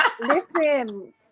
Listen